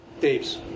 Dave's